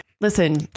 listen